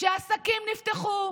כשהעסקים נפתחו,